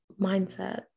mindset